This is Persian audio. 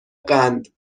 قند